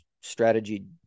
strategy